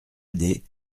aidé